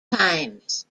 times